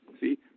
See